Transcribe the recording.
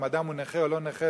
אם אדם הוא נכה או לא נכה,